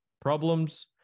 problems